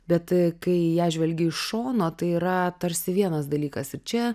bet kai į ją žvelgi iš šono tai yra tarsi vienas dalykas ir čia